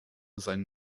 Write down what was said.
seinen